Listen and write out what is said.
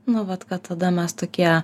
nu vat kad tada mes tokie